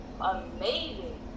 Amazing